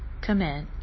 commit